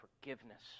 forgiveness